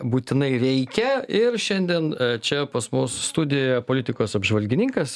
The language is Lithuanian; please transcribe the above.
būtinai reikia ir šiandien čia pas mus studijoje politikos apžvalgininkas